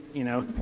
you know,